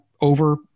over